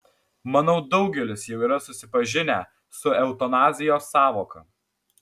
manau daugelis jau yra susipažinę su eutanazijos sąvoka